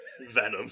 Venom